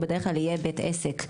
הוא בדרך כלל יהיה בית עסק.